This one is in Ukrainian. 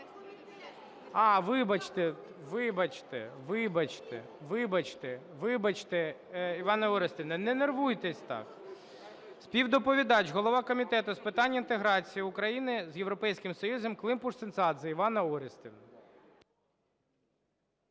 А, вибачте, вибачте, вибачте, вибачте. Вибачте, Іванно Орестівно, не нервуйтесь так. Співдоповідач - голова Комітету з питань інтеграції України з Європейським Союзом Климпуш-Цинцадзе Іванна Орестівна.